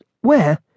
Where